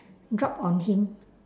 drop on him